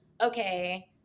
okay